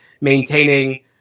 maintaining